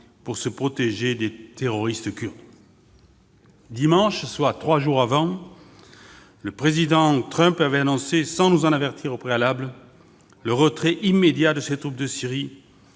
se protéger des « terroristes » kurdes. Dimanche, soit trois jours avant l'offensive, le président Trump avait annoncé, sans nous en avertir au préalable, le retrait immédiat de ses troupes de Syrie,